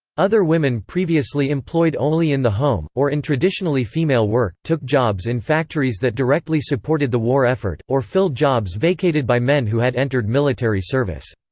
other women previously employed only in the home, or in traditionally female work, took jobs in factories that directly supported the war effort, or filled jobs vacated by men who had entered military service.